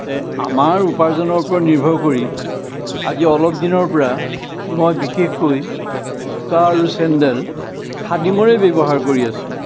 তে আমাৰ উপাৰ্জনৰ ওপৰত নিৰ্ভৰ কৰি আজি অলপ দিনৰপৰা মই বিশেষকৈ জোতা আৰু চেন্দেল খাদিমৰে ব্যৱহাৰ কৰি আছো